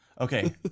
Okay